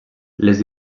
les